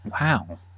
wow